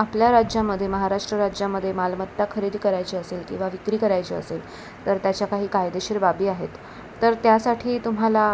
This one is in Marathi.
आपल्या राज्यामध्ये महाराष्ट्र राज्यामध्ये मालमत्ता खरेदी करायची असेल किंवा विक्री करायची असेल तर त्याच्या काही कायदेशीर बाबी आहेत तर त्यासाठी तुम्हाला